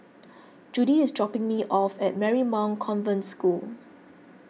Judy is dropping me off at Marymount Convent School